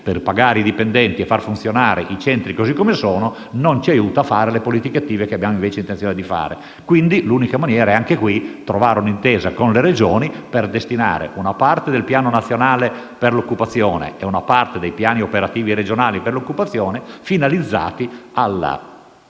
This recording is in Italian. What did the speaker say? per pagare i dipendenti e far funzionare i centri così come sono non ci aiuta a fare le politiche attive che abbiamo invece intenzione di fare. Quindi, l'unica maniera, anche in questo caso, è trovare un'intesa con le Regioni per destinare una parte del Piano nazionale per l'occupazione e una parte dei piani operativi regionali per l'occupazione al sostegno, alla